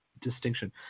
distinction